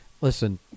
Listen